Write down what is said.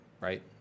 right